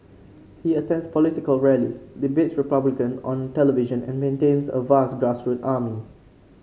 he attends political rallies debates republicans on television and maintains a vast grassroots army